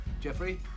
Jeffrey